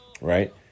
right